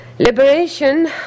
Liberation